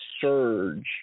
surge